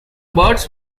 birds